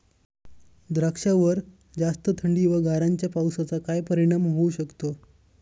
द्राक्षावर जास्त थंडी व गारांच्या पावसाचा काय परिणाम होऊ शकतो?